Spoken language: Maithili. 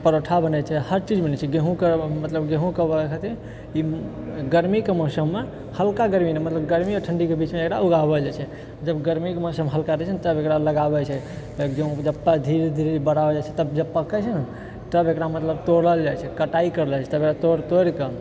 परोठा बनै छै हर चीज बनै छै गेहूँके मतलब गेहूँके खातिर ई गर्मीके मौसममे हल्का गर्मी नहि मतलब गर्मी आओर ठण्डीके बीचमे एकरा उगाओल जाइ छै जब गर्मीके मौसम हल्का रहै छै ने तब एकरा लगाओल जाइ छै गेहूँ जऽ पा धीरे धीरे बड़ा हो जाइ छै तब जब पकै छै ने तब एकरा मतलब तोड़ल जाइ छै कटाइ करल जाइ छै तकर बाद तो तोड़ि कऽ